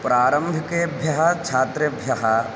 प्रारम्भिकेभ्यः छात्रेभ्यः